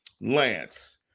Lance